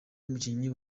umukinnyi